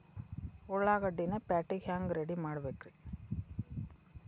ಉಳ್ಳಾಗಡ್ಡಿನ ಪ್ಯಾಟಿಗೆ ಹ್ಯಾಂಗ ರೆಡಿಮಾಡಬೇಕ್ರೇ?